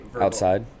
Outside